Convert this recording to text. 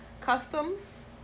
customs